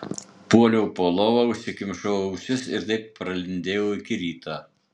puoliau po lova užsikimšau ausis ir taip pralindėjau iki ryto